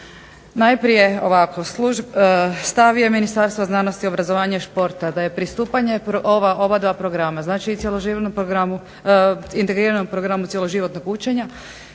Najprije ovako, stav je Ministarstva znanosti, obrazovanja i športa da je pristupanje ova dva programa, znači cjeloživotnom programu, integriranom programu cjeloživotnog učenja